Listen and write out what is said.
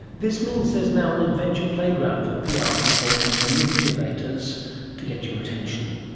this means there is now an adventure playground for pr ah people and manipulators to get your attention.